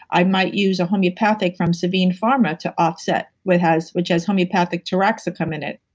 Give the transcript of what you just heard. i might use a homeopathic from sevine pharma to offset, which has which has homeopathic taraxicum in it.